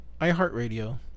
iHeartRadio